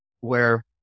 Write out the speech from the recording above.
where-